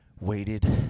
waited